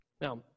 Now